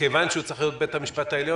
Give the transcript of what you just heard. מכיוון שהוא צריך להיות בבית המשפט העליון